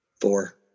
Four